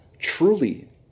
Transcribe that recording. Truly